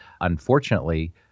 Unfortunately